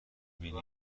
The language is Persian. بینی